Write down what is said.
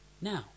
Now